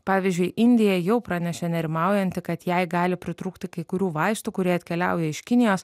pavyzdžiui indija jau pranešė nerimaujanti kad jai gali pritrūkti kai kurių vaistų kurie atkeliauja iš kinijos